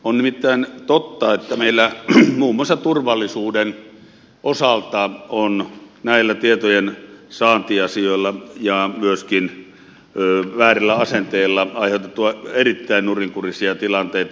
on nimittäin totta että meillä muun muassa turvallisuuden osalta on näillä tietojensaantiasioilla ja myöskin väärillä asenteilla aiheutettu erittäin nurinkurisia tilanteita